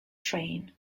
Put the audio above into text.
train